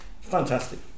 Fantastic